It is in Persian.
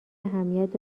اهمیت